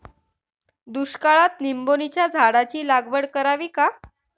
दुष्काळात निंबोणीच्या झाडाची लागवड करावी का?